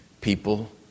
people